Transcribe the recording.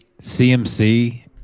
CMC